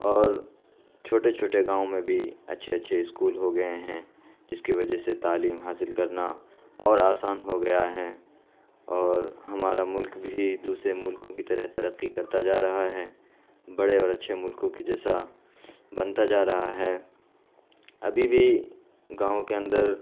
اور چھوٹے چھوٹے گاؤں میں بھی اچھے اچھے اسکول ہو گئے ہیں جس کی وجہ سے تعلیم حاصل کرنا اور آسان ہو گیا ہیں اور ہمارا ملک بھی دوسرے ملکوں کی طرح ترقی کرتا جا رہا ہے بڑے اور اچھے ملکوں کے جیسا بنتا جا رہا ہے ابھی بھی گاؤں کے اندر